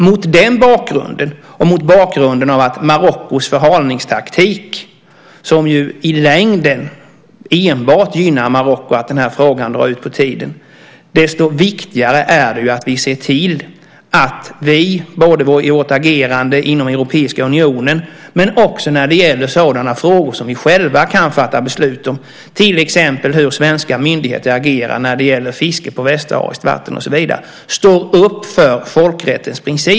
Mot den bakgrunden, och mot bakgrunden av Marockos förhalningstaktik som ju i längden enbart gynnar Marocko när frågan drar ut på tiden är det viktigt att vi ser till att vi står upp för folkrättens principer. Det gäller både i vårt agerande inom Europeiska unionen och i sådana frågor som vi själva kan fatta beslut om, till exempel när det gäller hur svenska myndigheter agerar när det gäller fiske på västsahariskt vatten och så vidare.